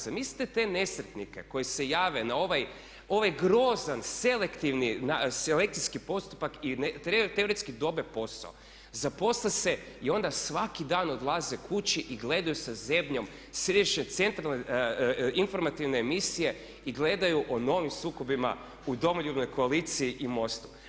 Zamislite te nesretnike koji se jave na ovaj grozan, selekcijski postupak i teoretski dobiju posao, zaposle se i onda svaki dan odlaze kući i gledaju sa zebnjom središnje centralne informativne emisije i gledaju o novim sukobima u Domoljubnoj koaliciji i MOST-u.